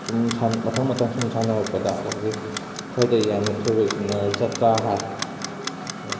ꯁꯨꯝ ꯃꯊꯪ ꯃꯊꯪ ꯁꯨꯝ ꯁꯥꯟꯅꯔꯛꯄꯗ ꯑꯩꯈꯣꯏꯒꯤ ꯈ꯭ꯋꯥꯏꯗꯒꯤ ꯌꯥꯝꯅ ꯊꯣꯏꯕꯁꯤꯅ ꯖꯥꯇ꯭ꯔꯥ ꯍꯥꯏ